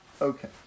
Okay